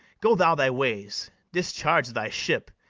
go thou thy ways, discharge thy ship,